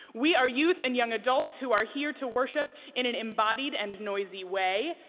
we are youth and young adults who are here to worship in an embodied and noisy way.